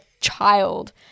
child